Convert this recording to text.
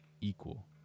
equal